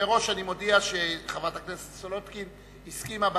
מראש אני מודיע שחברת הכנסת סולודקין הסכימה,